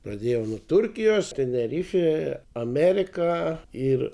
pradėjau nuo turkijos tenerifė amerika ir